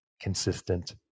consistent